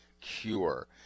Cure